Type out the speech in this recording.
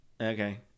okay